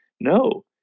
No